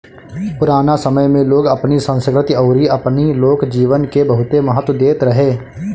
पुराना समय में लोग अपनी संस्कृति अउरी अपनी लोक जीवन के बहुते महत्व देत रहे